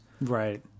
Right